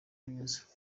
myiza